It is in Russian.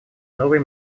новые